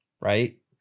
right